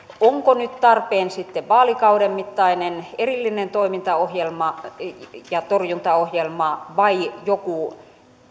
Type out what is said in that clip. onko nyt tarpeen sitten vaalikauden mittainen erillinen toimintaohjelma torjuntaohjelma vai joku